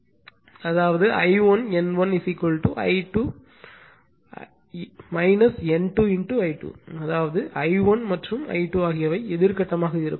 அதாவது I1 N1 N2 I2 அதாவது I1 மற்றும் I2 ஆகியவை எதிர் கட்டமாக இருக்கும்